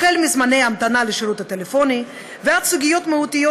החל מזמני המתנה לשירות טלפוני וכלה בסוגיות מהותיות